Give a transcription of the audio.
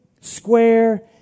square